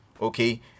Okay